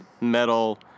Metal